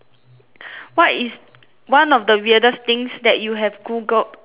what is one of the weirdest things that you have Googled recently